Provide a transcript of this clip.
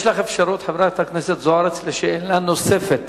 יש לך אפשרות, חברת הכנסת זוארץ, לשאלה נוספת